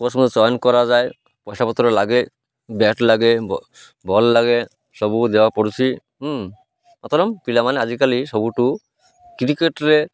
course join କରାଯାଏ ପଇସା ପତ୍ର ଲାଗେ ବ୍ୟାଟ୍ ଲାଗେ ବଲ୍ ଲାଗେ ସବୁ ଦେବାକୁ ପଡ଼ୁଛି ହୁଁ ପିଲାମାନେ ଆଜିକାଲି ସବୁଠୁ କ୍ରିକେଟ୍ରେ